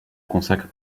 consacre